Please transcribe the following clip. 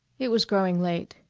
it was growing late.